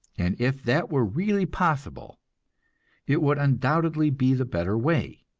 and if that were really possible it would undoubtedly be the better way.